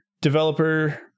developer